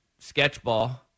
Sketchball